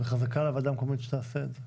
וחזקה על הוועדה המקומית שתעשה את זה.